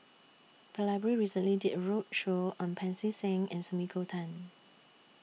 The Library recently did A roadshow on Pancy Seng and Sumiko Tan